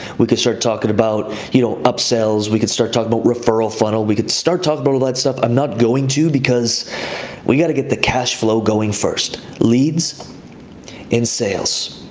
we could start talking about you know upsells. we could start talking about referral funnel. we could start talking about all that stuff. i'm not going to, because we've gotta get the cashflow going first, leads and sales.